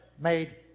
made